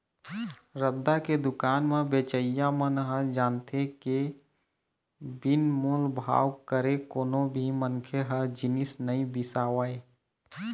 रद्दा के दुकान म बेचइया मन ह जानथे के बिन मोल भाव करे कोनो भी मनखे ह जिनिस नइ बिसावय